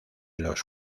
los